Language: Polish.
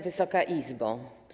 Wysoka Izbo!